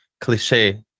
cliche